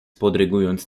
podrygując